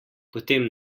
potem